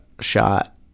shot